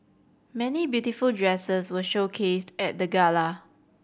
many beautiful dresses were showcased at the gala